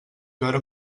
veure